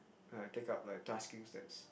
like take up like tasking steps